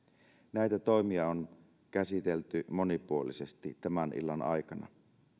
näitä toimia on käsitelty monipuolisesti tämän illan aikana